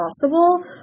possible